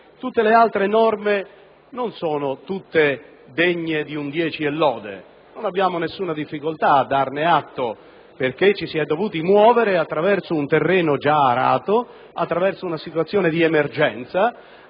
Le altre norme non sono tutte degne di un dieci e lode. Non abbiamo nessuna difficoltà a darne atto, perché ci si è dovuti muovere in un terreno già arato, in una situazione di emergenza,